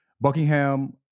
Buckingham